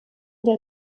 der